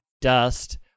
dust